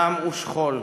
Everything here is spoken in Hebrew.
דם ושכול.